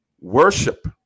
Worship